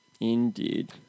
Indeed